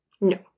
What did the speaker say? no